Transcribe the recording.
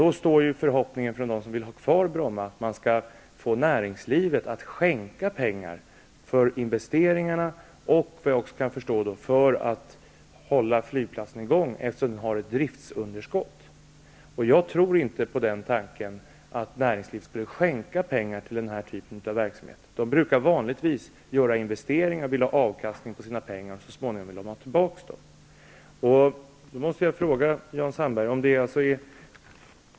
Då står förhoppningen hos dem som vill ha kvar Bromma till att man skall få näringslivet att skänka pengar till investeringarna och till att hålla flygplatsen i gång, vad jag kan förstå. Flygplatsen har ju ett driftsunderskott. Jag tror inte på den tanken, att näringslivet skulle skänka pengar till denna typ av verksamhet. Näringslivet brukar vanligtvis göra investeringar och vilja ha avkastning på sina pengar och så småningom vilja ha tillbaka dem.